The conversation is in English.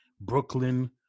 Brooklyn